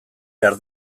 behar